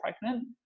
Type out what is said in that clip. pregnant